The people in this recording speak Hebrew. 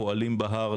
פועלים בהר,